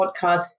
podcast